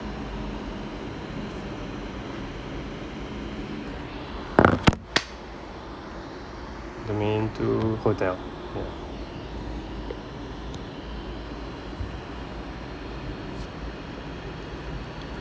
domain two hotel ya